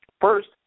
first